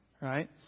Right